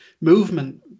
movement